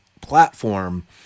platform